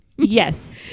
Yes